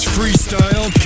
freestyle